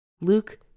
luke